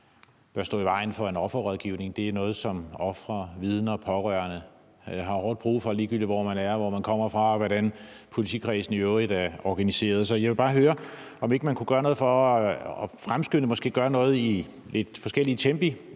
bør stå i vejen for en offerrådgivning. Det er noget, som ofre, vidner og pårørende har hårdt brug for, ligegyldigt hvor man er, hvor man kommer fra og hvordan politikredsene i øvrigt er organiseret. Så jeg vil bare høre, om ikke man kunne gøre noget for at fremskynde det og måske gøre noget i lidt forskellige tempi.